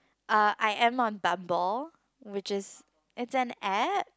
uh I am on Bumble which is it's an app